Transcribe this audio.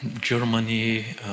Germany